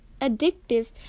addictive